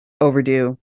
Overdue